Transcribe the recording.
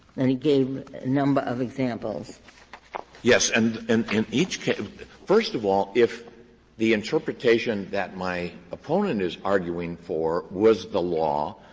and he gave a number of examples. olson yes, and and in each case first of all, if the interpretation that my opponent is arguing for was the law,